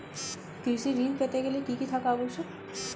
কৃষি ঋণ পেতে গেলে কি কি থাকা আবশ্যক?